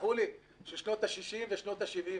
תסלחו לי, היא של שנות ה-60' ושנות ה-70'.